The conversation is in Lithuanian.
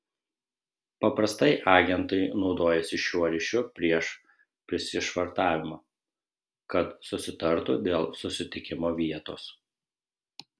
paprastai agentai naudojasi šiuo ryšiu prieš prisišvartavimą kad susitartų dėl susitikimo vietos